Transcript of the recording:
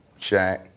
Shaq